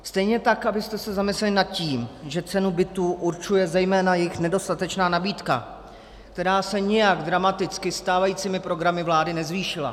Stejně tak, abyste se zamysleli nad tím, že cenu bytů určuje zejména jejich nedostatečná nabídka, která se nijak dramaticky stávajícími programy vlády nezvýšila.